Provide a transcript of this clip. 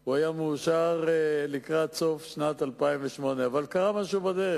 הוא היה מאושר לקראת סוף שנת 2008. אבל קרה משהו בדרך,